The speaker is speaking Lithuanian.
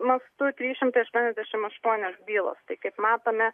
mastu trys šimtai aštuoniasdešimt aštuonios bylos tai kaip matome